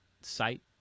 site